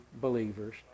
believers